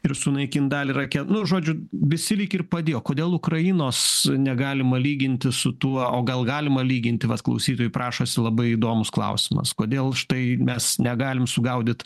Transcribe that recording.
ir sunaikint dalį rake nu žodžiu visi lyg ir padėjo kodėl ukrainos negalima lyginti su tuo o gal galima lyginti vat klausytojui prašosi labai įdomus klausimas kodėl štai mes negalim sugaudyt